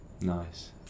nice